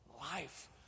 life